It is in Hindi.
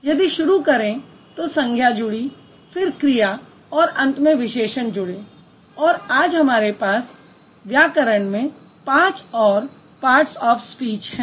यदि शुरू करें तो संज्ञा जुड़ी फिर क्रिया और अंत में विशेषण जुड़े और आज हमारे पास व्याकरण में 5 और पार्ट्स ऑफ स्पीच हैं